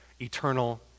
eternal